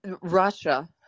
Russia